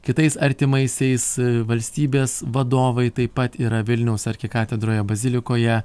kitais artimaisiais valstybės vadovai taip pat yra vilniaus arkikatedroje bazilikoje